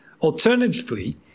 Alternatively